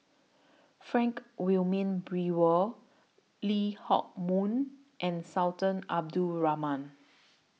Frank Wilmin Brewer Lee Hock Moh and Sultan Abdul Rahman